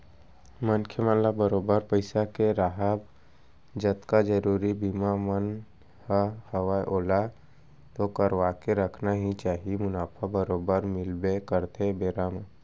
मनखे मन ल बरोबर पइसा के राहब जतका जरुरी बीमा मन ह हवय ओला तो करवाके रखना ही चाही मुनाफा बरोबर मिलबे करथे बेरा म